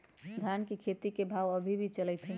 धान के बीज के भाव अभी की चलतई हई?